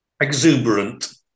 exuberant